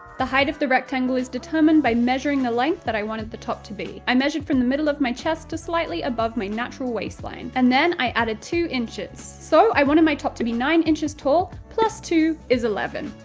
the height of the rectangle is determined by measuring the length that i wanted the top to be. i measured from the middle of my chest to slightly above my natural waistline, and then i added two inches. so, i wanted my top to be nine inches tall. plus two is eleven.